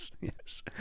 yes